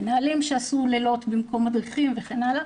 מנהלים שעשו לילות במקום מדריכים וכן הלאה.